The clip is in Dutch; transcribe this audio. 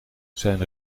zijn